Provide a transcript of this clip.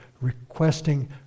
requesting